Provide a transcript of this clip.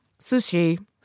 sushi